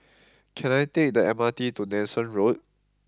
can I take the M R T to Nanson Road